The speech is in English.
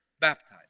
baptized